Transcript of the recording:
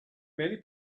many